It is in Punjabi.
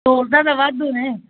ਸਹੂਲਤਾਂ ਤਾਂ ਵਾਧੂ ਨੇ